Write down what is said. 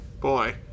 boy